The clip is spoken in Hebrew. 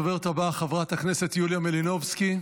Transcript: הדוברת הבאה, חברת הכנסת יוליה מלינובסקי.